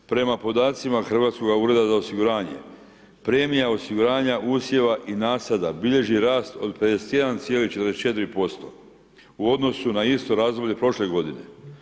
Prema podacima Hrvatskog ureda za osiguranje premija osiguranja usjeva i nasada bilježi rast od 51,44% u odnosu na isto razdoblje prošlo godine.